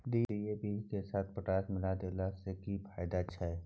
DAP के साथ potash मिललय के देला स की फायदा छैय?